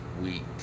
week